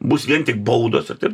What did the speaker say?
bus vien tik baudos ir taip